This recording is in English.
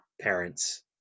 parents